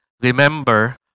remember